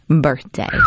birthday